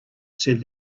said